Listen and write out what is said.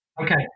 Okay